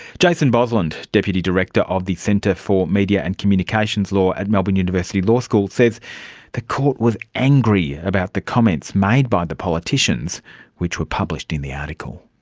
jason bosland, deputy director of the centre for media and communications law at melbourne university law school, says the court was angry about the comments made by the politicians which were published in the article.